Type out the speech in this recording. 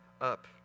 up